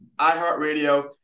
iHeartRadio